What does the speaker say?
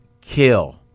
kill